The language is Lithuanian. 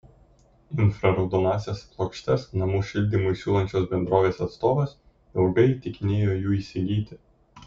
infraraudonąsias plokštes namų šildymui siūlančios bendrovės atstovas ilgai įtikinėjo jų įsigyti